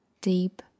deep